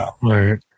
Right